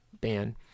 ban